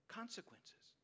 consequences